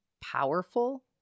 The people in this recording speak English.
powerful